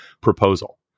proposal